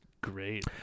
great